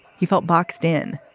he felt boxed in